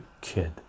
kid